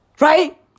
Right